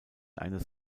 eines